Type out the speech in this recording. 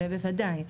זה בוודאי.